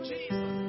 Jesus